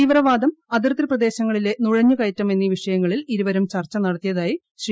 തീവ്രവാദം അതിർത്തി പ്രദേശങ്ങളിലെ നുഴഞ്ഞു കയറ്റം എന്നീ വിഷയങ്ങളിൽ ഇരുവരും ചർച്ച നടത്തിയതായി ശ്രീ